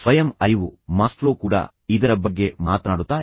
ಸ್ವಯಂ ಅರಿವುಃ ವಾಸ್ತವವಾಗಿ ಮಾಸ್ಲೋ ಕೂಡ ಇದರ ಬಗ್ಗೆ ಮಾತನಾಡುತ್ತಾರೆ